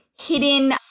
hidden